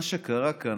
מה שקרה פה,